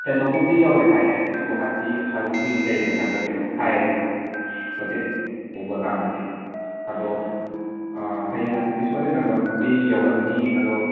ꯀꯩꯅꯣꯐꯥꯎꯕꯗꯤ ꯌꯧꯔꯦ ꯍꯥꯏꯌꯦ ꯑꯁꯤ ꯒꯨꯋꯥꯍꯥꯇꯤ ꯑꯁ꯭ꯋꯥꯏꯐꯥꯎꯕꯗꯤ ꯂꯩꯔꯦ ꯍꯥꯏꯕ꯭ꯔꯥ ꯀꯩꯅꯣꯝ ꯍꯥꯏꯌꯦꯕꯀꯣ ꯍꯧꯖꯤꯛ ꯑꯩꯅ ꯀꯣꯜ ꯇꯧꯕꯀꯥꯟꯗꯗꯤ ꯑꯗꯣ ꯍꯌꯦꯡ ꯍꯥꯡꯁꯤꯠꯇꯤ ꯁꯣꯏꯗꯅꯃꯛꯀꯤ ꯌꯧꯔꯛꯑꯅꯤ ꯑꯗꯣ